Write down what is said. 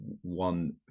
one